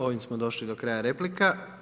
Ovime smo došli do kraja replike.